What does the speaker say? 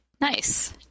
Nice